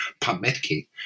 pametki